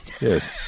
yes